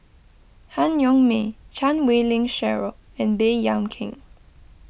Han Yong May Chan Wei Ling Cheryl and Baey Yam Keng